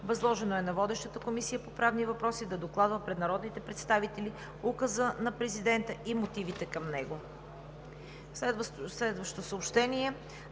Възложено е на водещата Комисия по правни въпроси да докладва пред народните представители Указа на президента и мотивите към него. На 25